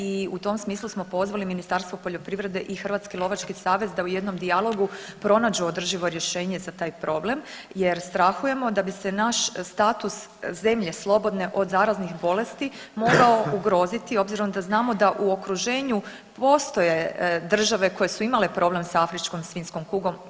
I u tom smislu smo pozvali Ministarstvo poljoprivrede i Hrvatski lovački savez da u jednom dijalogu pronađu održivo rješenje za taj problem, jer strahujemo da bi se naš status zemlje slobodne od zaraznih bolesti mogao ugroziti obzirom da znamo da u okruženju postoje države koje su imale problem sa afričkom svinjskom kugom.